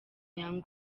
young